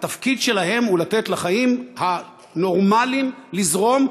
שהתפקיד שלהם הוא לתת לחיים הנורמליים לזרום,